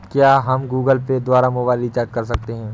क्या हम Google Pay द्वारा मोबाइल रिचार्ज कर सकते हैं?